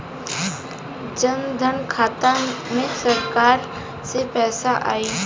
जनधन खाता मे सरकार से पैसा आई?